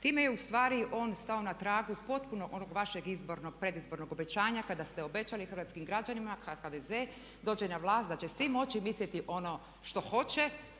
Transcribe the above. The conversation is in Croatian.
Time je ustvari on stao na tragu potpuno onog vašeg predizbornog obećanja kada ste obećali hrvatskim građanima kad HDZ dođe na vlast da će svi moći misliti ono što hoće